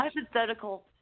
Hypothetical